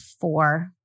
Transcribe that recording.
four